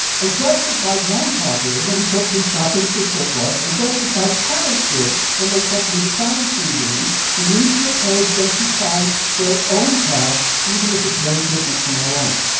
and just as my grandpa did when he took me shopping for surplus, and just as my parents did when they took me to science museums, we need to encourage them to find their own path, even if it's very different from our own.